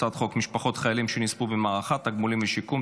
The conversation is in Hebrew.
הצעת חוק משפחות חיילים שנספו במערכה (תגמולים ושיקום)